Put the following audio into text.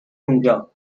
اونجا